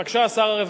בבקשה, שר הרווחה.